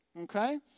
Okay